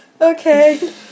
Okay